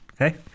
Okay